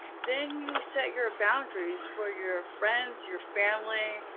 then you set your boundaries for your friends, your family,